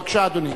בבקשה, אדוני.